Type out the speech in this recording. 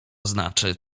znaczy